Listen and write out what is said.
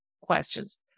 questions